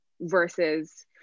versus